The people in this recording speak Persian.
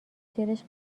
دلش